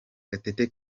gatete